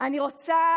אני רוצה